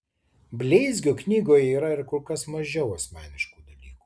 bleizgio knygoje yra ir kur kas mažiau asmeniškų dalykų